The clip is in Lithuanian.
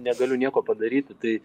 negaliu nieko padaryti tai